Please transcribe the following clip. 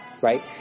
right